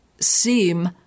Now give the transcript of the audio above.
seem